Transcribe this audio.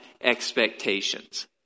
expectations